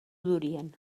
durien